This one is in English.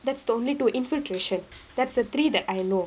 that's the only two infiltration that's the three that I know